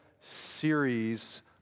series